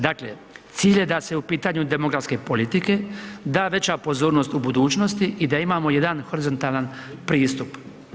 Dakle, cilj je da se u pitanju demografske politike da veća pozornost u budućnosti i da imamo jedan horizontalan pristup.